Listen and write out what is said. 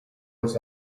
was